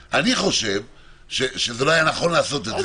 חושב שלא היה נכון לעשות את זה.